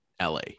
LA